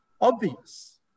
obvious